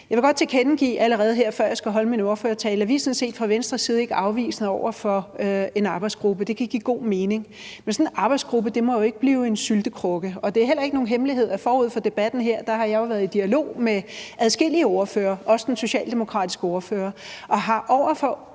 jeg skal holde min ordførertale, at vi fra Venstres side sådan set ikke er afvisende over for en arbejdsgruppe – det kan give god mening. Men sådan en arbejdsgruppe må jo ikke blive en syltekrukke, og det er heller ikke nogen hemmelighed, at jeg forud for debatten her har været i dialog med adskillige ordførere, også den socialdemokratiske ordfører, og over for